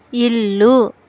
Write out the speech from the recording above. ఇల్లు